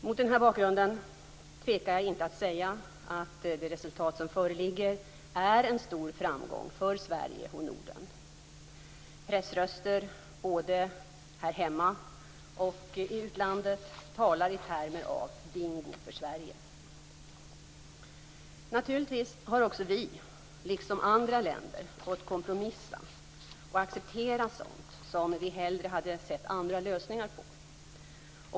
Mot denna bakgrund tvekar jag inte att säga att det resultat som föreligger är en stor framgång för Sverige och Norden. Pressröster, både här hemma och i utlandet, talar i termer av "bingo för Sverige". Naturligtvis har också vi, liksom andra länder, fått kompromissa och acceptera sådant som vi hellre hade sett andra lösningar på.